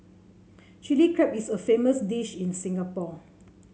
Chilli Crab is a famous dish in Singapore